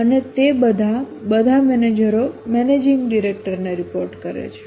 અને તે બધા બધા મેનેજરો મેનેજિંગ ડિરેક્ટરને રિપોર્ટ કરે છે